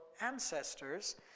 ancestors